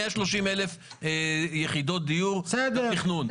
130,000 יחידות דיור בתכנון,